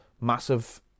massive